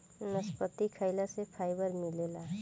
नसपति खाइला से फाइबर मिलेला